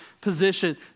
position